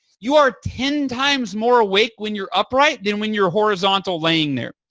you are ten times more awake when you're upright than when you're horizontal laying there.